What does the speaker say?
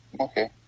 Okay